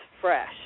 fresh